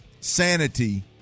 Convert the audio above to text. sanity